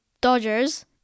Dodgers